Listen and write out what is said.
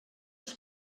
els